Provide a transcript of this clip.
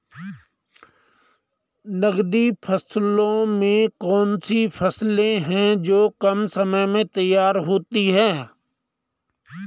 नकदी फसलों में कौन सी फसलें है जो कम समय में तैयार होती हैं?